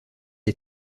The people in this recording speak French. est